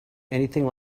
anything